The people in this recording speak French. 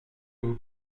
vous